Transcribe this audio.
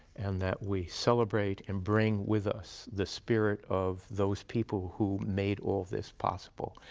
and that we celebrate and bring with us the spirit of those people who made all of this possible,